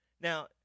Now